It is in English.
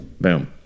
boom